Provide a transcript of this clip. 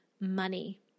money